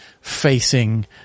facing